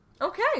Okay